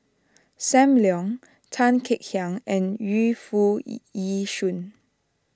Sam Leong Tan Kek Hiang and Yu Foo Yee Yee Shoon